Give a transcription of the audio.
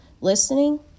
listening